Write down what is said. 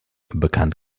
bekannt